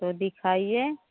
तो दिखाइये